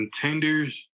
contenders